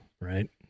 Right